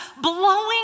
blowing